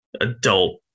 adult